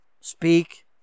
speak